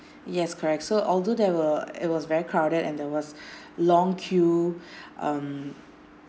yes correct so although there were it was very crowded and there was long queue um